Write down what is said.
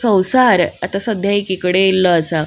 संवसार आतां सद्या एकी कडे येयल्लो आसा